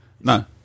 No